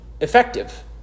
effective